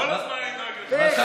אני מבקש